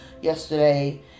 yesterday